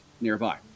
nearby